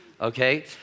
Okay